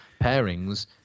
pairings